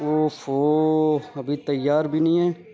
if اوہ ابھی تیار بھی نہیں ہے